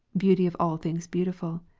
beauty of all things beautiful.